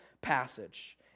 passage